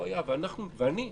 ואני,